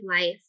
life